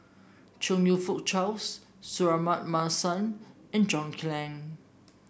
Chong You Fook Charles Suratman Markasan and John Clang